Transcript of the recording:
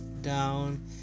down